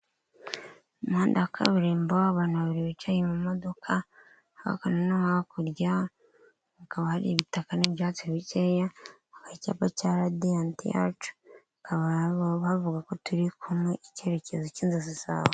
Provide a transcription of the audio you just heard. Umuhanda wa kabiririmbo, abantu babiri bicaye mu modoka, hakuno no hakurya hakaba hari ibitaka n'ibyatsi bikeya, hakaba icyapa cya Radiyanti yacu bavuga ko turi kumwe, icyerekezo cy'inzozi zawe.